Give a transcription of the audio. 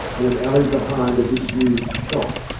in an alley behind a disused shop,